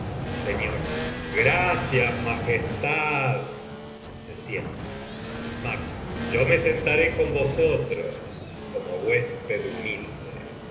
señores gracias majestad se sientan macb yo me sentaré con vosotros como huésped humilde